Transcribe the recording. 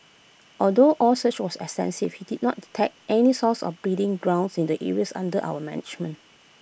although our search was he did not detect any source or breeding grounds in the areas under our management